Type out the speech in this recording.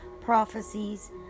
prophecies